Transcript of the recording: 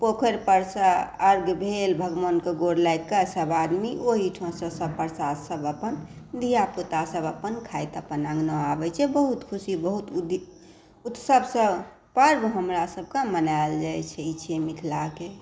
पोखरि परसँ अर्घ्य भेल भगवानके गोर लागि कऽ सभ आदमी ओहिठामसँ सभ प्रसाद सभ अपन धिआ पुता सभ अपन खाइत अपन अङ्गना आबै छै बहुत खुशी बहुत उत्सवसँ पर्व हमरा सभके मनायल जाइ छै ई छै मिथिलाकेँ